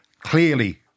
Clearly